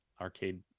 Arcade